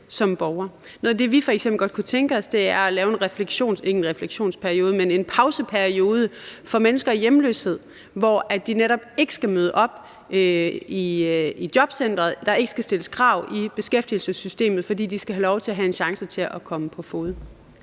som borger. Noget af det, vi f.eks. godt kunne tænke os, er at lave en pauseperiode for mennesker i hjemløshed, hvor de netop ikke skal møde op i jobcenteret og der ikke skal stilles krav i beskæftigelsessystemet, fordi de skal have lov til at have en chance til at komme på fode.